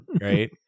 right